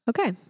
Okay